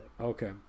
Okay